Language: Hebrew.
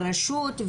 הרשות,